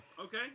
Okay